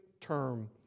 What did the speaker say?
term